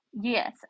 yes